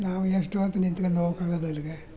ನಾವು ಎಷ್ಟು ಹೊತ್ತು ನಿಂತ್ಕೊಂಡು ಹೋಗೋಕಾಗದಲ್ಲಿಗೆ